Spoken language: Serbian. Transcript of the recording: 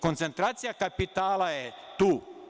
Koncentracija kapitala je tu.